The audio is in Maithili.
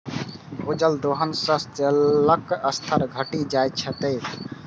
भूजल दोहन सं जलक स्तर घटि जाइत छै